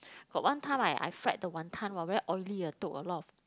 got one time I I fried the wanton !wah! very oily a took a lot of